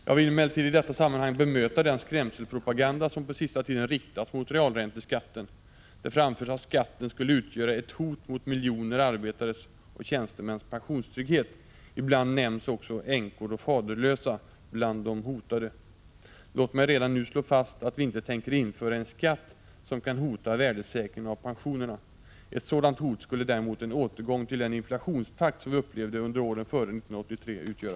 Jag vill emellertid i detta sammanhang bemöta den skrämselpropaganda som på sista tiden riktats mot realränteskatten. Det framförs att skatten skulle utgöra ett hot mot miljoner arbetares och tjänstemäns pensionstrygghet, ibland nämns också änkor och faderlösa bland de hotade. Låt mig redan nu slå fast att vi inte tänker införa en skatt som kan hota värdesäkringen av pensionerna. Ett sådant hot skulle däremot en återgång till den inflationstakt som vi upplevde under åren före 1983 utgöra.